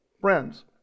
Friends